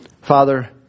Father